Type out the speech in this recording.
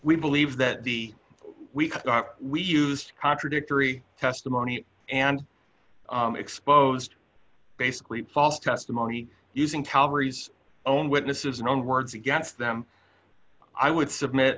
we believe that the we are we used contradictory testimony and exposed basically false testimony using calgary's own witnesses and own words against them i would submit